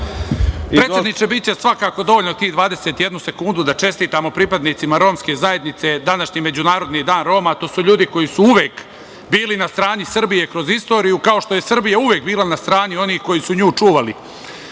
Predsedniče, biće svakako dovoljno tih 21 sekundu da čestitamo pripadnicima romske zajednice današnji Međunarodni dan Roma. To su ljudi koji su uvek bili na strani Srbije kroz istoriju, kao što je Srbija uvek bila na strani onih koji su nju